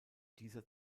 dieser